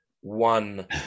one